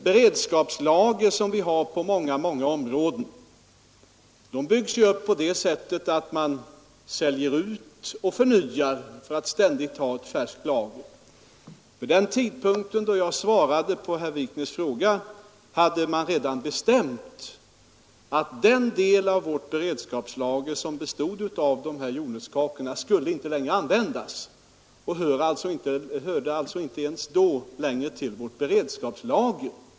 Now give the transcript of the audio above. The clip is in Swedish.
Beredskapslager, som vi har på många, många områden, byggs ju upp på det sättet att man säljer ut och förnyar för att ständigt ha ett färskt lager. Vid den tidpunkten då jag svarade på herr Wikners fråga hade man redan bestämt att den delen av vårt beredskapslager som bestod av jordnötskakor inte skulle användas längre, och den hörde alltså inte då till vårt beredskapslager.